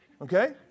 okay